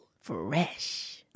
Fresh